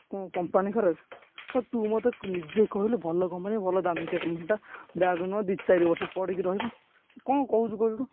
କ'ଣ କମ୍ପାନୀ ଖରାପ କ'ଣ ତୁ ମୋତେ ନିଜେ କହିଲୁ ଭଲ କମ୍ପାନୀ ଭଲ ଦାମିକା କମ୍ପାନୀଟା ବ୍ୟାଗ୍ ନିଅ ଦୁଇ ଚାରି ବର୍ଷ ପଡ଼ିକି ରହିବ କ'ଣ କହୁଛୁ କହିଲୁ ତୁ